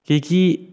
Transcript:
कि